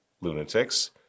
lunatics